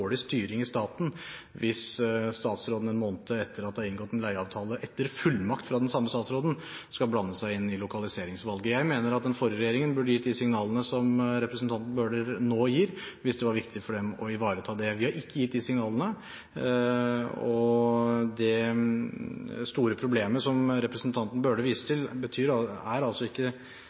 styring i staten hvis statsråden – en måned etter at det er inngått en leieavtale etter fullmakt fra den samme statsråden – skal blande seg inn i lokaliseringsvalget. Jeg mener at den forrige regjeringen burde gitt de signalene som representanten Bøhler nå gir, hvis det var viktig for dem å ivareta dette. Vi har ikke gitt de signalene. Det store problemet som representanten Bøhler viser til, er ikke nødvendigvis så stort i praksis. Dette er ikke